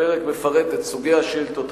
הפרק מפרט את סוגי השאילתות,